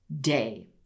day